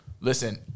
Listen